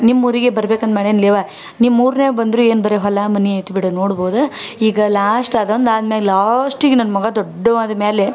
ನಿಮ್ಮೂರಿಗೆ ಬರ್ಬೇಕಂತ ಮಾಡಿನಲೇ ಯವ್ವ ನಿಮ್ಮೂರನ್ನ ಬಂದರೂ ಏನು ಬರೀ ಹೊಲ ಮನೆ ಆಯ್ತು ಬಿಡು ನೋಡ್ಬೋದು ಈಗ ಲಾಸ್ಟ್ ಅದೊಂದು ಆದ್ಮೇಲೆ ಲಾಸ್ಟಿಗೆ ನನ್ನ ಮಗ ದೊಡ್ಡೋವ ಆದಮೇಲೆ